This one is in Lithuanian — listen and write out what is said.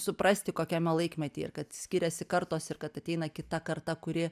suprasti kokiame laikmety ir kad skiriasi kartos ir kad ateina kita karta kuri